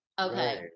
Okay